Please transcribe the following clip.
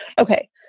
Okay